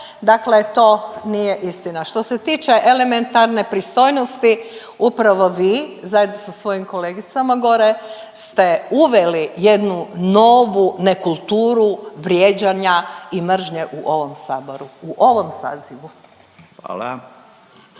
dakle to nije istina. Što se tiče elementarne pristojnosti, upravo vi zajedno sa svojim kolegicama gore ste uveli jednu novu nekulturu vrijeđanja i mržnje u ovom Saboru u